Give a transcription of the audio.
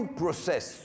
process